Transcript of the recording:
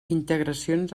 integracions